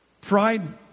Pride